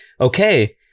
okay